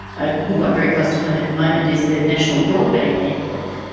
a good one very close to home at the moment is the national broadband network,